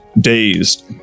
Dazed